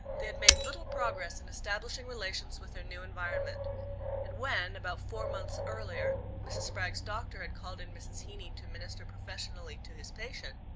they had made little progress in establishing relations with their new environment and when, about four months earlier, mrs. spragg's doctor had called in mrs. heeny to minister professionally to his patient,